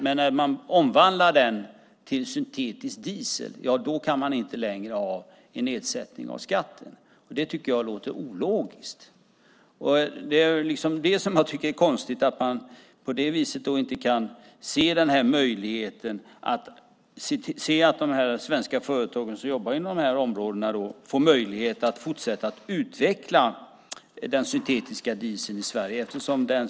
Men när man omvandlar den till syntetisk diesel kan man inte längre ha en nedsättning av skatten. Jag tycker att det låter ologiskt. Det är det som jag tycker är konstigt - att man inte kan se möjligheten för svenska företag som jobbar inom de här områdena att fortsätta utveckla den syntetiska dieseln i Sverige.